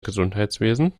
gesundheitswesen